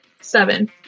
Seven